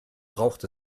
braucht